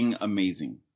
amazing